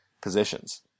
positions